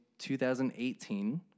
2018